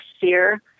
fear